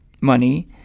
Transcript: money